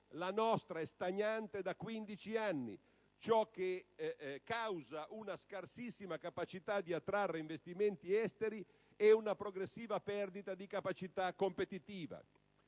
la nostra è stagnante da 15 anni e questo causa una scarsissima capacità di attrarre investimenti esteri ed una progressiva perdita di capacità competitiva.